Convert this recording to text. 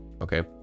Okay